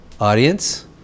audience